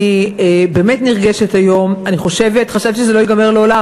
אני באמת נרגשת היום, חשבתי שזה לא ייגמר לעולם.